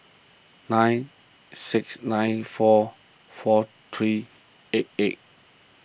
nine six nine four four three eight eight